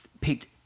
picked